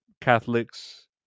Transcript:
Catholics